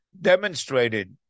demonstrated